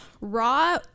raw